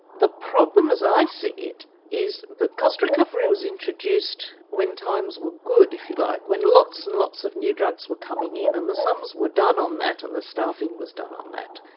the problem as i see it is that cost recovery was introduced when times were good if you like, when lots and lots of new drugs were coming in and the sums were done on that and the staffing was done on that.